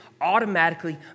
automatically